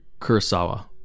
Kurosawa